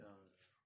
ya ya